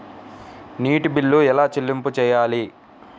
నీటి బిల్లు ఎలా చెల్లింపు చేయాలి?